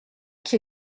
qui